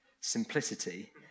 simplicity